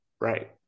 right